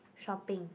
shopping